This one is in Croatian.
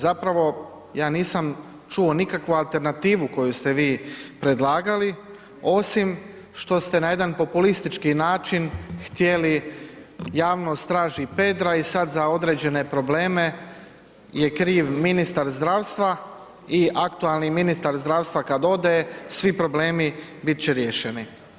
Zapravo ja nisam čuo nikakvu alternativu koju ste i predlagali osim što ste na jedan populistički način htjeli javnost traži Pedra i sad za određene probleme je kriv ministar zdravstva i aktualni ministar zdravstva kad ode svi problemi će biti riješeni.